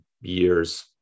years